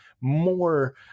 more